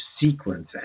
sequence